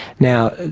now,